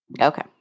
Okay